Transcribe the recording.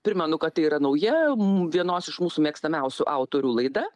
primenu kad tai yra nauja vienos iš mūsų mėgstamiausių autorių laida